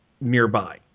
nearby